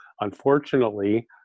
Unfortunately